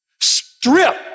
strip